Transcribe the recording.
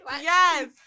Yes